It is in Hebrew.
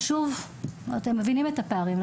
אתם מבינים את הפערים.